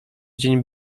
dzień